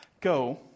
Go